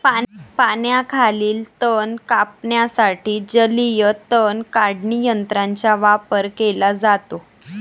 पाण्याखालील तण कापण्यासाठी जलीय तण काढणी यंत्राचा वापर केला जातो